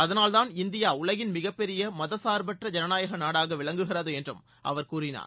அதனால்தான் இந்தியா உலகின் மிகப்பெரிய மதச்சார்பற்ற ஜனநாயக நாடாக விளங்குகிறது என்றும் அவர் கூறினார்